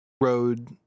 road